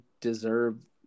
deserve